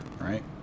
right